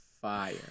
fire